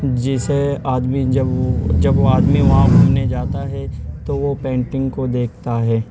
جسے آدمی جب جب وہ آدمی وہاں ڈھونڈنے جاتا ہے تو وہ پینٹنگ کو دیکھتا ہے